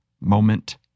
moment